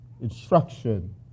instruction